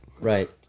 right